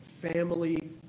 family